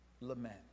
lament